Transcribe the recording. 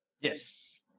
Yes